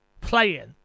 playing